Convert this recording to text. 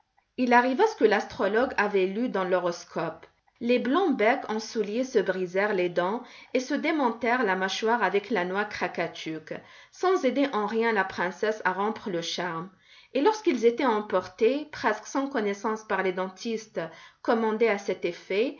il arriva ce que l'astrologue avait lu dans l'horoscope les blancs-becs en souliers se brisèrent les dents et se démontèrent la mâchoire avec la noix krakatuk sans aider en rien la princesse à rompre le charme et lorsqu'ils étaient emportés presque sans connaissance par les dentistes commandés à cet effet